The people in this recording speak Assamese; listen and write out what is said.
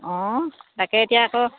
অঁ তাকে এতিয়া আকৌ